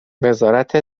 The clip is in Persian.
وزارت